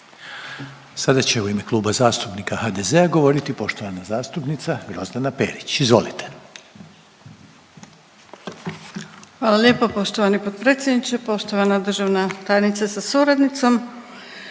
Sada će u ime Kluba zastupnika HDZ-a govoriti poštovana zastupnica Grozdana Perić, izvolite. **Perić, Grozdana (HDZ)** Hvala lijepo poštovani potpredsjedniče. Poštovana državna tajnice sa suradnicom.